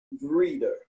breeder